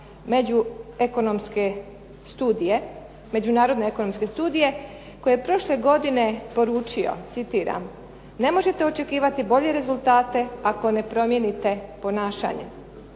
Međunarodne ekonomske studije, koji je prošle godine poručio citiram: "Ne možete očekivati bolje rezultate ako ne promijenite ponašanje".